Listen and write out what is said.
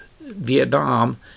Vietnam